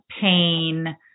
pain